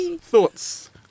thoughts